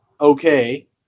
okay